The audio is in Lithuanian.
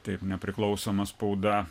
taip nepriklausoma spauda